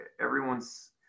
everyone's